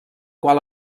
qual